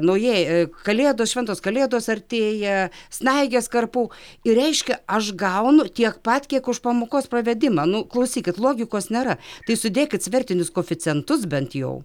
naujieji kalėdos šventos kalėdos artėja snaiges karpau ir reiškia aš gaunu tiek pat kiek už pamokos pravedimą nu klausykit logikos nėra tai sudėkit svertinius koeficientus bent jau